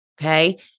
Okay